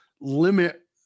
limit